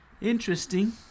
Interesting